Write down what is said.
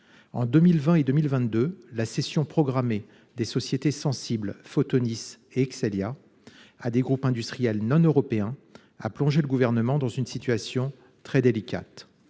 En 2020 et 2022, la cession programmée des sociétés sensibles Photonis Excelya à des groupes industriels non-européens a plongé le gouvernement dans une situation très délicate.